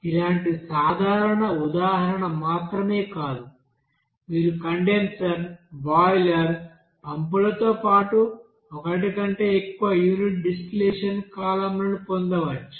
ఇలాంటి సాధారణ ఉదాహరణ మాత్రమే కాదు మీరు కండెన్సర్ బాయిలర్ పంపులతో పాటు ఒకటి కంటే ఎక్కువ యూనిట్ డిస్టిలేషన్ కాలమ్లను పొందవచ్చు